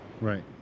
right